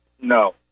No